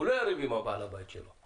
הוא לא יריב עם בעל הבית שלו.